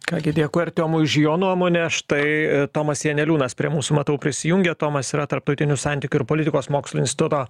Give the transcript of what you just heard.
ką gi dėkui artiomui už jo nuomone štai tomas janeliūnas prie mūsų matau prisijungė tomas yra tarptautinių santykių ir politikos mokslų instuto